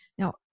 Now